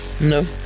No